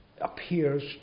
appears